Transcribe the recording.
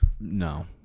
No